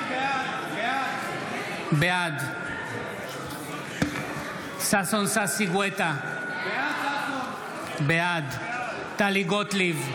בעד ששון ששי גואטה, בעד טלי גוטליב,